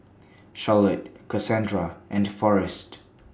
Charlotte Kasandra and Forest